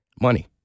Money